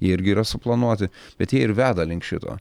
irgi yra suplanuoti bet jie ir veda link šito